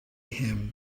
him